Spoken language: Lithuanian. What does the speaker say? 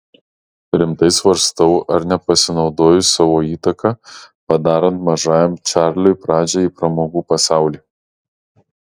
rimtai svarstau ar nepasinaudojus savo įtaka padarant mažajam čarliui pradžią į pramogų pasaulį